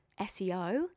SEO